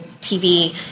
TV